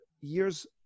years